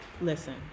Listen